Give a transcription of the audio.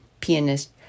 pianist